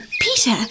Peter